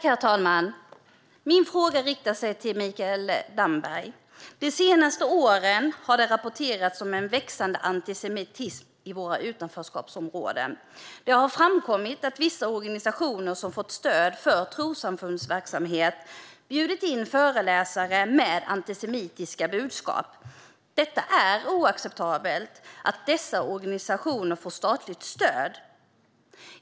Herr talman! Min fråga riktar sig till Mikael Damberg. De senaste åren har det rapporterats om en växande antisemitism i våra utanförskapsområden. Det har framkommit att vissa organisationer som fått stöd för trossamfundsverksamhet bjudit in föreläsare med antisemitiska budskap. Det är oacceptabelt att dessa organisationer får statligt stöd.